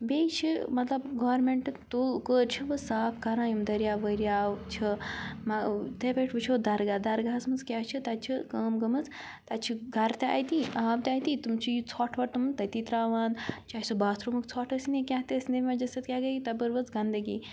بیٚیہِ چھِ مطلب گورمٮ۪نٛٹہٕ تُل کٔرۍ چھِ بہٕ صاف کَران یِم دٔریاو ؤریاو چھِ تِتھے پٲٹھۍ وٕچھو درگاہ درگاہَس منٛز کیٛاہ چھِ تَتہِ چھِ کٲم گٔمٕژ تَتہِ چھِ گَرٕ تہِ اَتی آب تَتہِ تٕم چھِ یہِ ژھۄٹھ وۄٹھ تِم تَتی ترٛاوان چاہے سُہ باتھروٗمُک ژھۄٹھ ٲسۍ نہٕ کینٛہہ تہِ ٲسۍ نہٕ مجَس کیٛاہ گٔیے تَپٲرۍ وٕز گنٛدگی